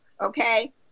Okay